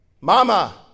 Mama